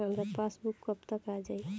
हमार पासबूक कब तक आ जाई?